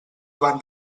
van